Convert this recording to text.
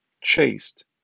chaste